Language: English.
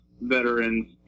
veterans